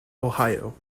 ohio